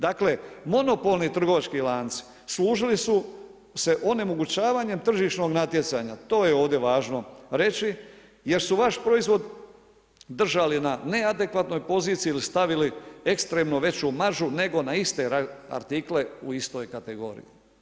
Dakle, monopolni trgovački lanci služili su se onemogućavanjem tržišnog natjecanja, to je ovdje važno reći jer su vaš proizvod držali na neadekvatnoj poziciji ili stavili ekstremno veću maržu nego na iste artikle u istoj kategoriji.